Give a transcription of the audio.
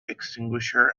extinguisher